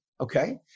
okay